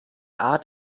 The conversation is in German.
art